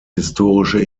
historische